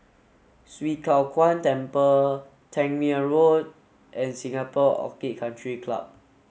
Swee Kow Kuan Temple Tangmere Road and Singapore Orchid Country Club